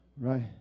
right